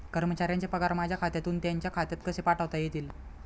कर्मचाऱ्यांचे पगार माझ्या खात्यातून त्यांच्या खात्यात कसे पाठवता येतील?